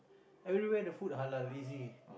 everywhere the food halal easy